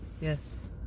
Yes